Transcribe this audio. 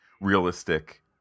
realistic